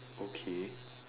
okay